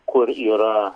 kur yra